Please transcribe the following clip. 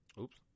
Oops